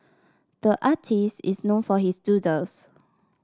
the artist is known for his doodles